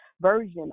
Version